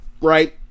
right